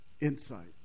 insight